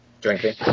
Drinking